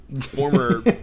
former